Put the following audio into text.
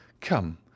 Come